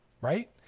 right